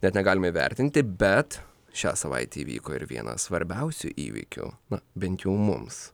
net negalime vertinti bet šią savaitę įvyko ir vienas svarbiausių įvykių na bent jau mums